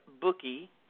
bookie